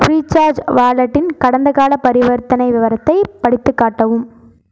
free charge வாலெட்டின் கடந்தகால பரிவர்த்தனை விவரத்தை படித்துக் காட்டவும்